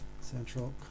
central